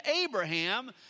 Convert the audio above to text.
Abraham